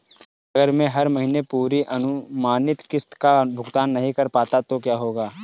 अगर मैं हर महीने पूरी अनुमानित किश्त का भुगतान नहीं कर पाता तो क्या होगा?